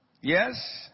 Yes